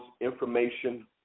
information